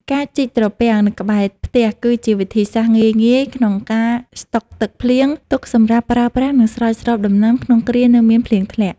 ការជីកត្រពាំងនៅក្បែរផ្ទះ គឺជាវិធីសាស្ត្រងាយៗក្នុងការស្តុកទឹកភ្លៀងទុកសម្រាប់ប្រើប្រាស់ និងស្រោចស្រពដំណាំក្នុងគ្រានៅមានភ្លៀងធ្លាក់។